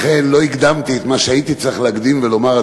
לכן לא הקדמתי את מה שהייתי צריך להקדים ולומר,